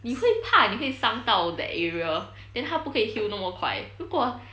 你会怕你会伤到 that area then 它不可以 heal 那么快如果